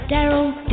Daryl